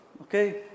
Okay